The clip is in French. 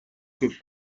que